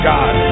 God